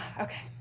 Okay